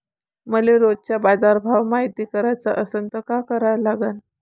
मले रोजचा बाजारभव मायती कराचा असन त काय करा लागन?